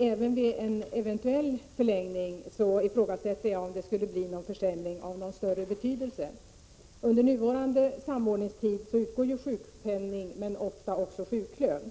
Även vid en eventuell förlängning ifrågasätter jag om det skulle bli försämringar av någon större betydelse. Under nuvarande samordningstid utgår sjukpenning, men ofta även sjuklön.